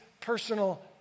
personal